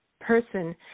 person